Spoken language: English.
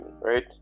right